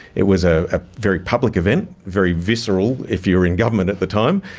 it was a ah very public event, very visceral if you're in government at the time,